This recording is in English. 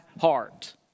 heart